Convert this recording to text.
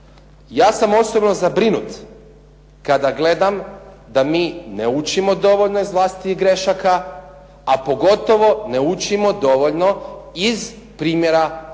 Ja sam osobno zabrinut kada gledam da mi ne učimo dovoljno iz vlastitih grešaka, a pogotovo ne učimo dovoljno iz primjera koji